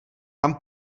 tam